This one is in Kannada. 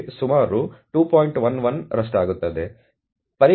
11 ರಷ್ಟಾಗುತ್ತದೆ